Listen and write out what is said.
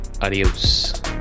Adios